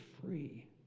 free